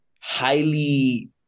highly